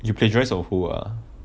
you plagiarised from who ah